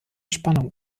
spannung